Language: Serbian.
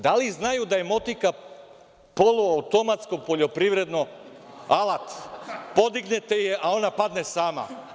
Da li znaju da je motika poluautomatsko poljoprivredno alat, podignete je, a ona padne sama?